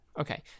okay